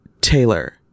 taylor